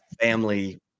family